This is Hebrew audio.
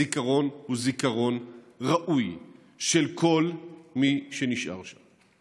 הזיכרון הוא זיכרון ראוי של כל מי שנשאר שם.